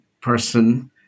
person